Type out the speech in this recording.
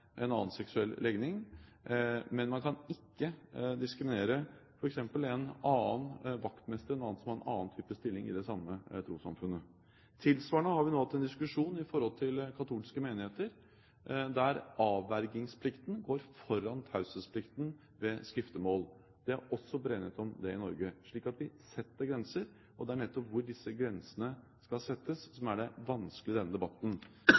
en annen seksuell legning, men man kan ikke diskriminere f.eks. en vaktmester eller en annen som har en annen type stilling i det samme trossamfunnet. Tilsvarende har vi nå hatt en diskusjon i forhold til katolske menigheter, der avvergingsplikten går foran taushetsplikten ved skriftemål. Det er også bred enighet om det i Norge. Så vi setter grenser. Det er nettopp hvor disse grensene skal settes, som er det vanskelige i denne debatten.